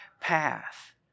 path